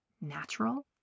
natural